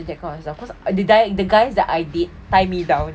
that kind of stuff cause the guys that I date tie me down